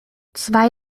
zwei